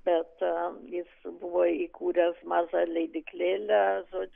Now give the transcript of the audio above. bet jis buvo įkūręs mažą leidyklėlę žodžiu